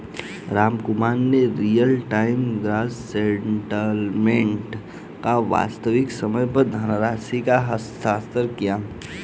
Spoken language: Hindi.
रामकुमार ने रियल टाइम ग्रॉस सेटेलमेंट कर वास्तविक समय पर धनराशि का हस्तांतरण किया